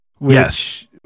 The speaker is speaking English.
Yes